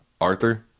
Arthur